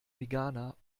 veganer